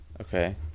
Okay